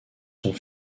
sont